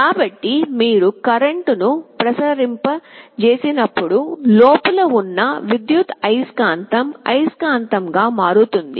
కాబట్టి మీరు కరెంటును ప్రసరింపజెసినపుడు లోపల వున్న విద్యుదయస్కాంతం అయస్కాంతం గా మారుతుంది